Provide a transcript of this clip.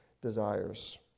desires